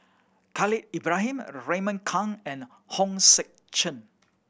Khalil Ibrahim Raymond Kang and Hong Sek Chern